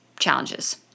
challenges